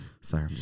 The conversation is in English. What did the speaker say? Sorry